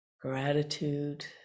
gratitude